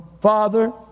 Father